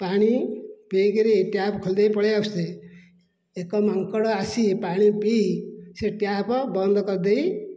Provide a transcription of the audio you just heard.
ପାଣି ପିଇକରି ଟ୍ୟାପ୍ ଖୋଲି ଦେଇକି ପଳେଇ ଆସୁଛେ ଏକ ମାଙ୍କଡ଼ ଆସି ପାଣି ପିଇ ସେଇ ଟ୍ୟାପ୍ ବନ୍ଦ କରିଦେଇ